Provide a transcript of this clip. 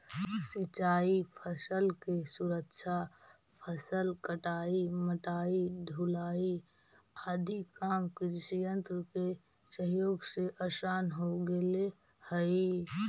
सिंचाई फसल के सुरक्षा, फसल कटाई, मढ़ाई, ढुलाई आदि काम कृषियन्त्र के सहयोग से आसान हो गेले हई